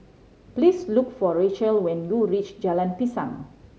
please look for Rachel when you reach Jalan Pisang